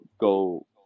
go